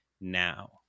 now